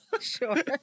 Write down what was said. Sure